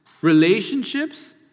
Relationships